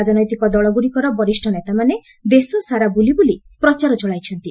ରାଜନୈତିକ ଦଳଗୁଡ଼ିକର ବରିଷ୍ଠ ନେତାମାନେ ଦେଶ ସାରା ବୁଲି ବୁଲି ପ୍ରଚାର ଚଳାଇଛନ୍ତି